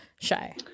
shy